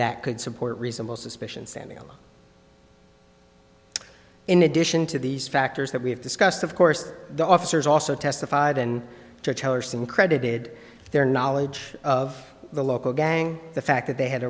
that could support reasonable suspicion sandel in addition to these factors that we have discussed of course the officers also testified and to tell or seem credited their knowledge of the local gang the fact that they had